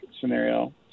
scenario